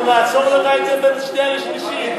אנחנו נעצור לך את זה בין שנייה לשלישית.